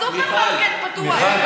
הסופרמרקט פתוח.